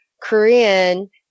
Korean